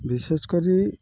ବିଶେଷ କରି